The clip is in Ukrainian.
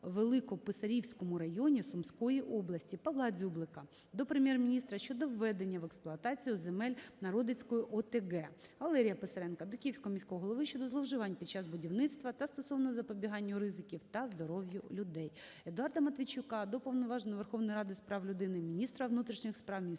Великописарівському районі Сумської області. Павла Дзюблика до Прем'єр-міністра щодо введення в експлуатацію земель Народицької ОТГ. Валерія Писаренка до Київського міського голови щодо зловживань під час будівництва та стосовно запобіганню ризиків та здоров'ю людей. Едуарда Матвійчука до Уповноваженого Верховної Ради з прав людини, Міністерства внутрішніх справ, Міністерства